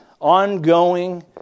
ongoing